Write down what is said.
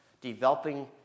developing